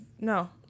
No